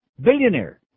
billionaire